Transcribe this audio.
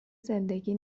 زندگی